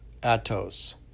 Atos